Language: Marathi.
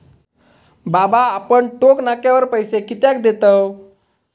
बाबा आपण टोक नाक्यावर पैसे कित्याक देतव?